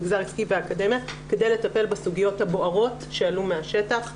מגזר עסקי ואקדמיה כדי לטפל בסוגיות הבוערות שעלו מהשטח.